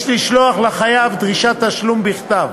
יש לשלוח לחייב דרישת תשלום בכתב.